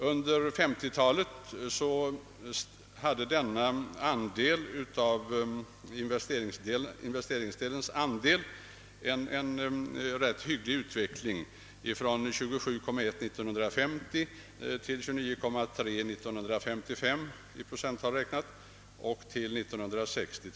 Under 1930-talet hade investeringsandelen en rätt hygglig utveckling från 27,1 procent år 1950 till 29,3 procent år 1955 och 31,2 procent år 1960.